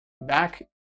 back